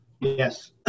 Yes